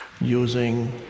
using